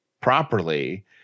properly